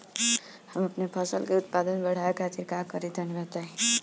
हम अपने फसल के उत्पादन बड़ावे खातिर का करी टनी बताई?